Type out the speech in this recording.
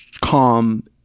calm